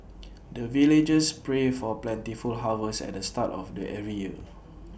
the villagers pray for plentiful harvest at the start of the every year